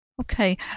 Okay